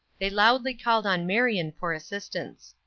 they loudly called on marion for assistance.